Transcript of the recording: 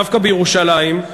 דווקא בירושלים,